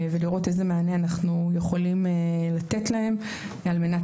ולראות איזה מענה אנחנו יכולים לתת להם על מנת